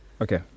Okay